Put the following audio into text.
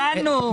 הבנו.